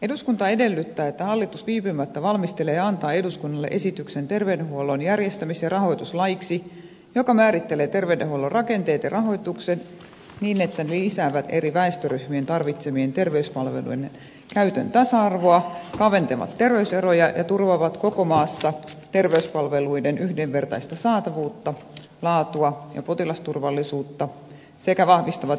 eduskunta edellyttää että hallitus viipymättä valmistelee ja antaa eduskunnalle esityksen terveydenhuollon järjestämis ja rahoituslaiksi joka määrittelee terveydenhuollon rakenteet ja rahoituksen niin että ne lisäävät eri väestöryhmien tarvitsemien terveyspalveluiden käytön tasa arvoa kaventavat terveyseroja ja turvaavat koko maassa terveyspalveluiden yhdenvertaisen saatavuuden laadun ja potilasturvallisuuden sekä vahvistavat julkista terveydenhuoltoa